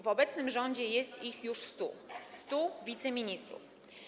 W obecnym rządzie jest ich już 100. 100 wiceministrów.